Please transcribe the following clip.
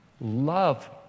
love